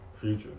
Future